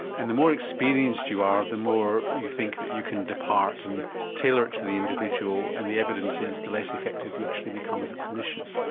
and the more experienced you are, the more you think that you can depart and tailor it to the individual, and the evidence is the less effective you actually become as a clinician.